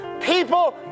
people